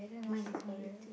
mine is only two